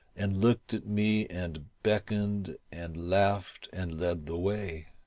and looked at me and beckoned and laughed and led the way.